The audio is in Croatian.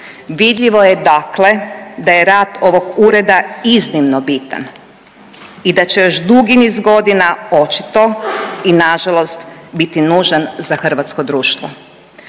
Vidljivo je dakle da je rad ovog ureda iznimno bitan i da će još dugi niz godina očito i nažalost biti nužan za hrvatsko društvo.